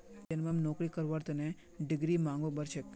यनमम नौकरी करवार तने डिग्रीर मांगो बढ़ छेक